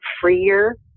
freer